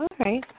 Okay